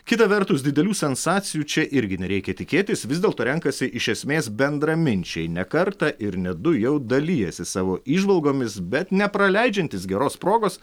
kita vertus didelių sensacijų čia irgi nereikia tikėtis vis dėlto renkasi iš esmės bendraminčiai ne kartą ir ne du jau dalijęsi savo įžvalgomis bet nepraleidžiantys geros progos